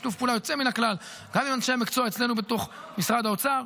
בשיתוף פעולה יוצא מן הכלל גם עם אנשי המקצוע אצלנו בתוך משרד האוצר,